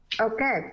Okay